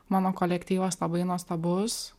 mano kolektyvas labai nuostabus